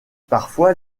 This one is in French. parfois